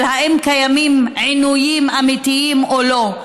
האם קיימים עינויים אמיתיים או לא.